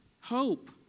hope